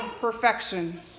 perfection